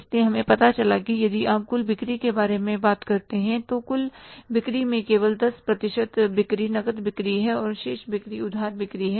इसलिए हमें पता चला कि यदि आप कुल बिक्री के बारे में बात करते हैं तो कुल बिक्री में केवल 10 प्रतिशत बिक्री नकद बिक्री है और शेष बिक्री उधार बिक्री है